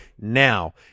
now